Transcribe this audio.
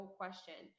question